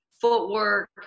footwork